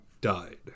died